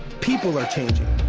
people are changing,